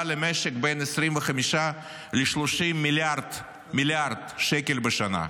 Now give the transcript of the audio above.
למשק בין 25 ל-30 מיליארד שקל בשנה.